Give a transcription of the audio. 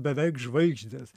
beveik žvaigždės